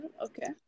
okay